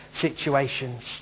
situations